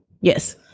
Yes